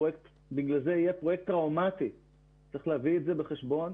לכן הוא יהיה פרויקט טראומתי ואת זה צריך להביא בחשבון.